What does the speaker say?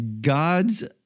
god's